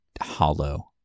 hollow